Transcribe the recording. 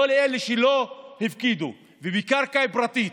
לא לאלה שלא הפקידו, ובקרקע פרטית.